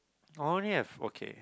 only have okay